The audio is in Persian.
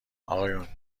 اقایون، این